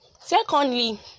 secondly